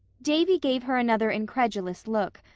davy gave her another incredulous look,